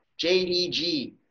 JDG